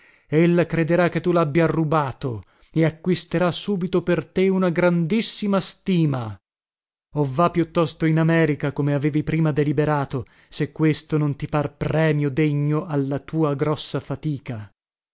pescatore ella crederà che tu labbia rubato e acquisterà subito per te una grandissima stima o va piuttosto in america come avevi prima deliberato se questo non ti par premio degno alla tua grossa fatica